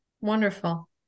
Wonderful